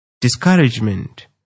Discouragement